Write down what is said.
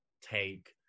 take